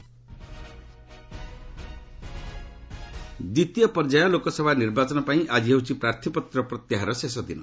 LS poll ଦ୍ୱିତୀୟ ପର୍ଯ୍ୟାୟ ଲୋକସଭା ନିର୍ବାଚନ ପାଇଁ ଆଜି ହେଉଛି ପ୍ରାର୍ଥୀପତ୍ର ପ୍ରତ୍ୟାହାରର ଶେଷ ଦିନ